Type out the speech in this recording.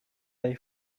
they